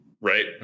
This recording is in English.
Right